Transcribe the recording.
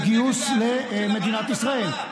אתה הסטת נגד, לגיוס במדינת ישראל.